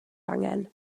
angen